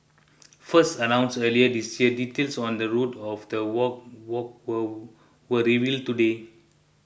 first announced earlier this year details on the route of the walk walk were were revealed today